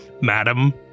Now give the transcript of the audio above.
madam